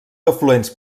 afluents